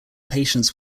patients